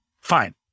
fine